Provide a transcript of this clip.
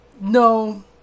no